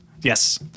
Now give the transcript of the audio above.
Yes